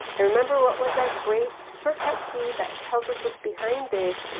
ah remember what was that great shortcut key that tells us what's behind this?